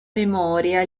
memoria